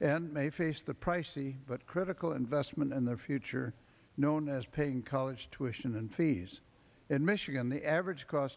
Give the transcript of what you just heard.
and may face the pricey but critical investment in the future known as paying college tuition and fees in michigan the average cost